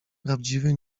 prawdziwy